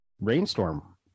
rainstorm